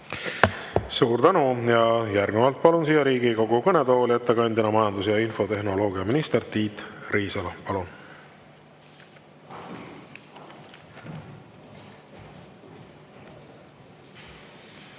Suur tänu! Ja järgnevalt palun siia Riigikogu kõnetooli majandus- ja infotehnoloogiaminister Tiit Riisalo. Palun!